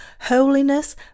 holiness